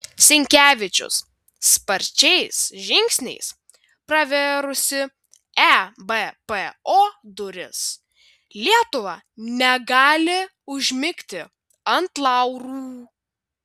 sinkevičius sparčiais žingsniais pravėrusi ebpo duris lietuva negali užmigti ant laurų